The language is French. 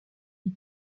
dit